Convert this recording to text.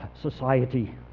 society